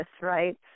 right